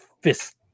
fist